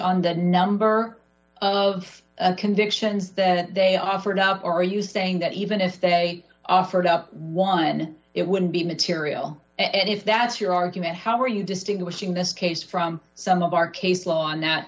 on the number of convictions that they offer now or are you saying that even if they offered up one it wouldn't be material and if that's your argument how are you distinguishing this case from some of our case law on that